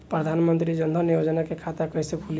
प्रधान मंत्री जनधन योजना के खाता कैसे खुली?